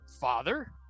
father